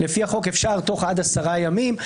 לפי החוק אפשר תוך עד עשרה ימים.